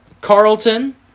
Carlton